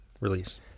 release